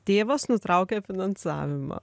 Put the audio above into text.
tėvas nutraukė finansavimą